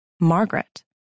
Margaret